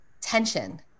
tension